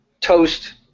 toast